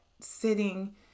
sitting